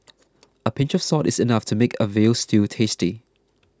a pinch of salt is enough to make a Veal Stew tasty